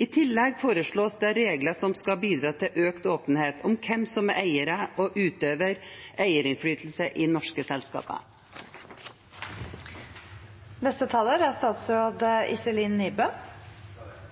I tillegg foreslås det regler som skal bidra til økt åpenhet om hvem som er eiere og utøver eierinnflytelse i norske selskaper. Jeg har merket meg at det er